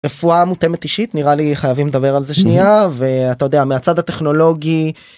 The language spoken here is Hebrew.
רפואה מותאמת אישית נראה לי חייבים לדבר על זה שנייה ואתה יודע מהצד הטכנולוגי.